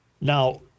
Now